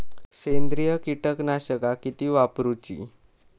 सेंद्रिय कीटकनाशका किती वापरूची?